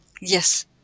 yes